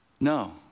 No